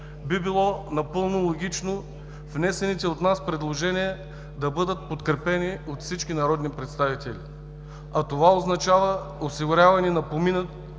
би било напълно логично внесените от нас предложения да бъдат подкрепени от всички народни представители. Това означава осигуряване на поминък